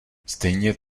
stejně